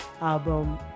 album